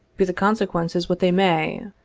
be the consequences what they may.